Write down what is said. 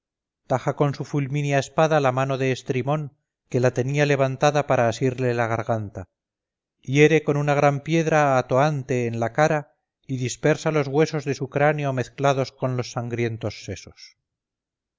taja con su fulmínea espada la mano de estrimón que la tenía levantada para asirle la garganta hiere con una gran piedra a toante en la cara y dispersa los huesos de su cráneo mezclados con los sangrientos sesos